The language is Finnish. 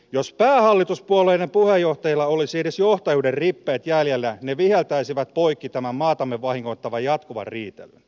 jos päähallituspuolueiden puheenjohtajilla olisi edes johtajuuden rippeet jäljellä he viheltäisivät poikki tämän maatamme vahingoittavan jatkuvan riitelyn